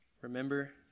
Remember